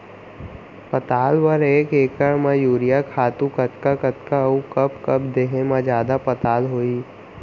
पताल बर एक एकड़ म यूरिया खातू कतका कतका अऊ कब कब देहे म जादा पताल होही?